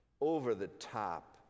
over-the-top